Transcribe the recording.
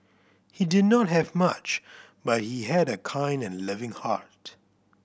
he did not have much but he had a kind and loving heart